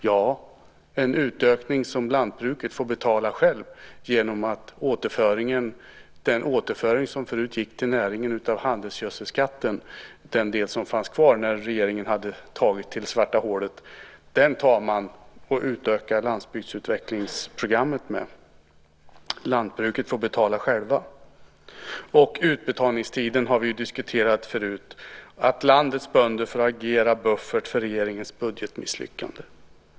Ja, en utökning som lantbruket får betala självt genom den återföring som förut gick till näringen från handelsgödselskatten, den del som fanns kvar när regeringen hade tagit sitt till det svarta hålet, den tar man och utökar landsbygdsutvecklingsprogrammet med. Lantbruket får självt betala. Och utbetalningstiden har vi diskuterat förut, att landets bönder får agera buffert för regeringens budgetmisslyckande.